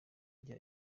rya